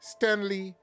Stanley